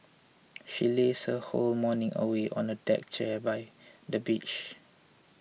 she lazed her whole morning away on the deck chair by the beach